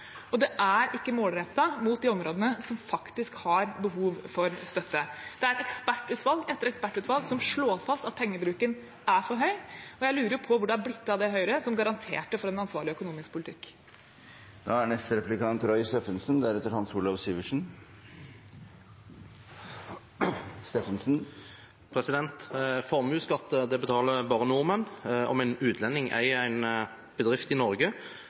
og det er ikke målrettet mot de områdene som faktisk har behov for støtte. Det er ekspertutvalg etter ekspertutvalg som slår fast at pengebruken er for høy, og jeg lurer på hvor det er blitt av det Høyre som garanterte for en ansvarlig økonomisk politikk. Formuesskatt betaler bare nordmenn. Om en utlending eier en bedrift i Norge,